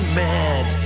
mad